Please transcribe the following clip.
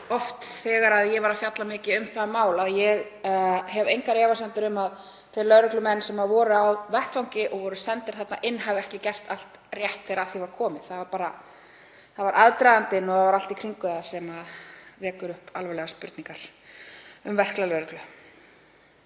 oft þegar ég var að fjalla mikið um það mál, að ég hef engar efasemdir um að þeir lögreglumenn sem voru á vettvangi og voru sendir þarna inn hafi ekki gert allt rétt þegar að því var komið; það var aðdragandinn og allt í kringum það sem vekur upp alvarlegar spurningar um verklag lögreglu.